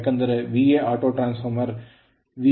ಏಕೆಂದರೆ auto auto transformer ಗೆ V1I1V2I2 ಆಗಿದೆ